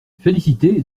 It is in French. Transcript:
félicité